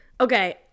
Okay